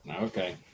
Okay